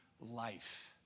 life